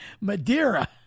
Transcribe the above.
Madeira